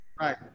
Right